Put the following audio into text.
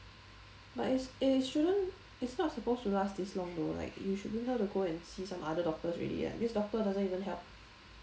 but it's it shouldn't it's not supposed to last this long though like you should bring her to see some other doctors already leh this doctor doesn't even help